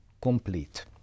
complete